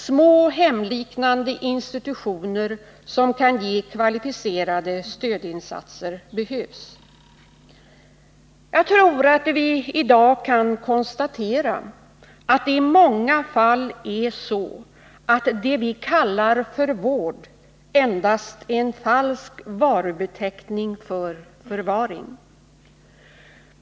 Små hemliknande institutioner som kan ge kvalificerade stödinsatser behövs. Jag tror att vi i dag kan konstatera att det i många fall är så att det vi kallar för vård endast är en falsk varubeteckning för förvaring.